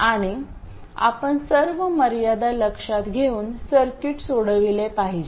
आणि आपण सर्व मर्यादा लक्षात घेऊन सर्किट सोडविले पाहिजे